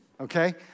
okay